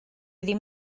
ddim